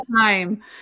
time